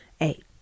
Eight